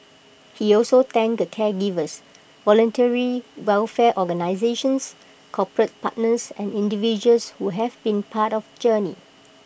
he also thanked the caregivers voluntary welfare organisations corporate partners and individuals who have been part of the journey